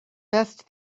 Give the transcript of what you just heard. best